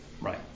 right